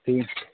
ٹھیک